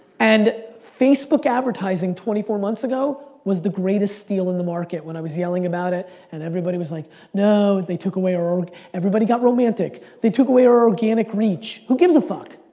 and facebook advertising twenty four months ago was the greatest steal in the market when i was yelling about it and everybody was like no, they took away our, everybody got romantic. they took away our organic reach. who gives a fuck?